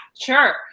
Sure